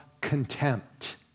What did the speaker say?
contempt